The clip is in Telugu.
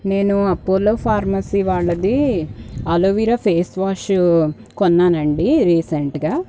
నేను అపోలో ఫార్మసీ వాళ్ళది ఆలోవెరా ఫేస్ వాష్ కొన్నానండి రీసెంట్గా